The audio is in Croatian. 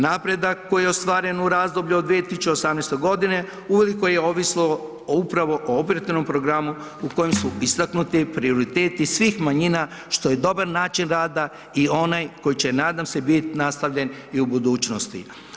Napredak koji je ostvaren u razdoblju od 2018.g. uveliko je ovisilo o upravo o operativnom programu u kojem su istaknuti prioriteti svih manjina, što je dobar način rada i onaj koji će nadam se bit nastavljen i u budućnosti.